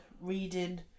reading